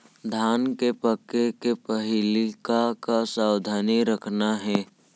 धान के पके के पहिली का का सावधानी रखना हे?